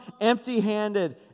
empty-handed